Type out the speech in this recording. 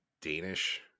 Danish